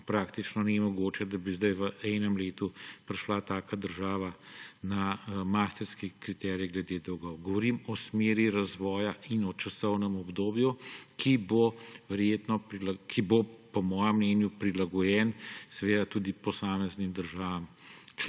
in praktično nemogoče, da bi zdaj v enem letu prišla taka država na maastrichtski kriterij glede dolgov. Govorim o smeri razvoja in o časovnem obdobju, ki bo po mojem mnenju prilagojen tudi posameznim državam